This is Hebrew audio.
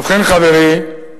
ובכן, חברי,